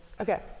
okay